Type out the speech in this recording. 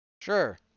Sure